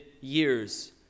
years